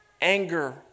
anger